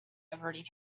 averting